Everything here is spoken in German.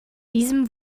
diesem